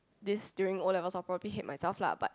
this during O-levels I will probably hate myself lah but